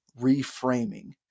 reframing